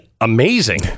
amazing